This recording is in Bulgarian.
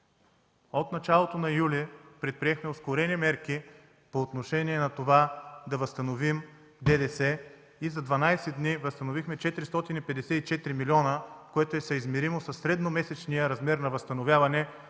От началото на юли предприехме ускорени мерки по отношение на това да възстановим ДДС и за дванадесет дни възстановихме 454 милиона, което е съизмеримо със средномесечния размер на възстановяване